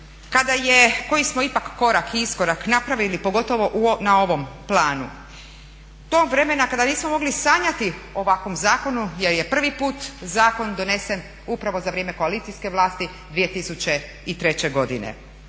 koji smo ipak korak i iskorak napravili, pogotovo na ovom planu, tog vremena kada nismo mogli sanjati o ovakvom zakonu jer je prvi put zakon donesen upravo za vrijeme koalicijske vlasti 2003. godine.